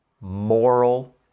moral